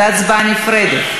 זאת הצבעה נפרדת.